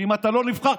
שאם אתה לא נבחר,